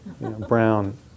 Brown